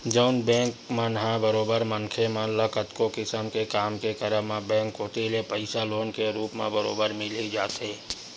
जउन बेंक मन ह बरोबर मनखे मन ल कतको किसम के काम के करब म बेंक कोती ले पइसा लोन के रुप म बरोबर मिल ही जाथे